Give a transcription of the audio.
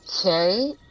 Okay